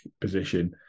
position